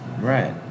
Right